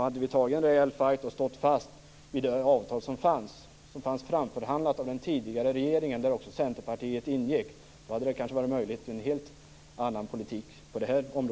Hade vi tagit en rejäl fight och stått fast vid det avtal som framförhandlats av den tidigare regeringen, där också Centerpartiet ingick, hade det kanske varit möjligt att driva en helt annan politik på detta område.